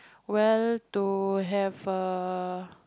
well to have a